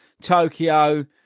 Tokyo